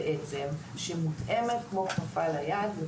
בעצם, שמותאמת כמו כפפה ליד לכל מי שעובד בה.